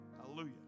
hallelujah